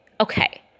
Okay